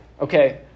okay